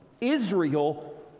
Israel